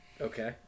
Okay